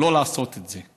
לא לעשות את זה,